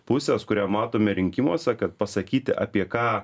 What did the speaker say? pusės kurią matome rinkimuose kad pasakyti apie ką